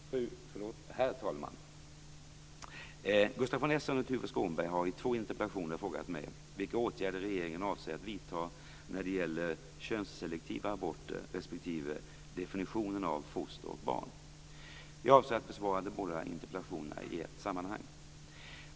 Herr talman! Gustaf von Essen och Tuve Skånberg har i två interpellationer frågat mig vilka åtgärder regeringen avser att vidta när det gäller könsselektiva aborter respektive definitionen av foster och barn. Jag avser att besvara de båda interpellationerna i ett sammanhang.